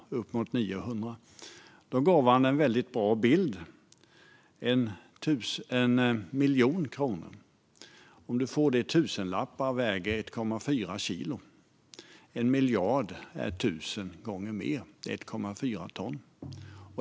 Han gav en väldigt bra bild. Om du får 1 miljon kronor i tusenlappar väger de 1,4 kilo, och 1 miljard är 1 000 gånger mer, 1,4 ton.